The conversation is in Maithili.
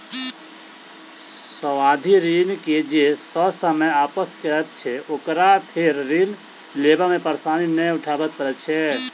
सावधि ऋण के जे ससमय वापस करैत छै, ओकरा फेर ऋण लेबा मे परेशानी नै उठाबय पड़ैत छै